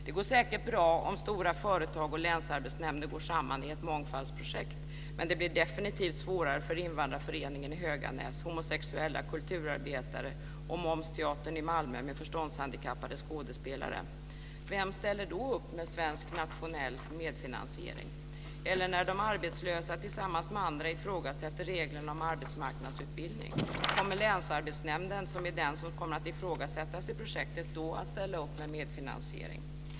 Det går säkert bra om stora företag och länsarbetsnämnden går samman i ett mångfaldsprojekt, men det blir definitivt svårare för invandrarföreningen i Höganäs, homosexuella kulturarbetare och Momsteatern i Malmö med förståndshandikappade skådespelare. Vem ställer då upp med svensk nationell medfinansiering? Eller när de arbetslösa tillsammans med andra ifrågasätter reglerna om arbetsmarknadsutbildning, kommer länsarbetsnämnden, som är den som kommer att ifrågasättas i projektet, då att ställa upp med medfinansiering?